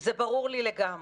זה ברור לי לגמרי.